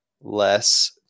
less